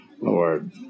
Lord